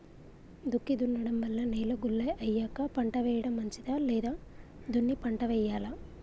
దుక్కి దున్నడం వల్ల నేల గుల్ల అయ్యాక పంట వేయడం మంచిదా లేదా దున్ని పంట వెయ్యాలా?